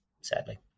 sadly